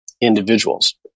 individuals